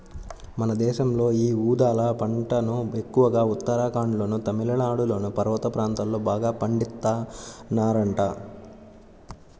మన దేశంలో యీ ఊదల పంటను ఎక్కువగా ఉత్తరాఖండ్లోనూ, తమిళనాడులోని పర్వత ప్రాంతాల్లో బాగా పండిత్తన్నారంట